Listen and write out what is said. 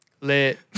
Lit